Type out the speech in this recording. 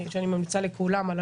שאני ממליצה לכולם לראות,